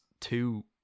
two